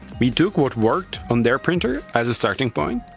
we took what worked on their printer as a starting point,